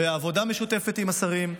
בעבודה משותפת עם השרים.